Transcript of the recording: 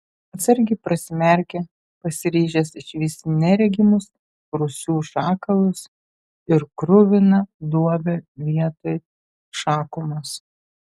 atsargiai prasimerkė pasiryžęs išvysti neregimus rūsių šakalus ir kruviną duobę vietoj šakumos